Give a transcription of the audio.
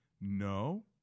No